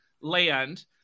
land